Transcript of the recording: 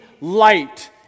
light